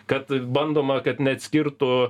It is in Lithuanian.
kad bandoma kad neatskirtų